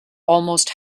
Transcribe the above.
almost